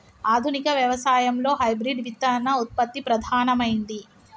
ఆధునిక వ్యవసాయం లో హైబ్రిడ్ విత్తన ఉత్పత్తి ప్రధానమైంది